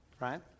right